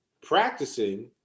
practicing